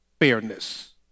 fairness